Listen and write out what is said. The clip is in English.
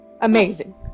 Amazing